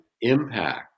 impact